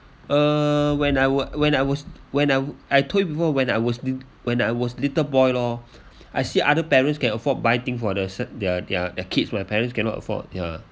uh when I were when I was when I I told before when I was lit~ when I was little boy lor I see other parents can afford buy thing for their their their their kids my parents cannot afford ya